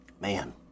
man